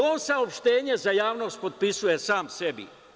On saopštenje za javnost potpisuje sam sebi.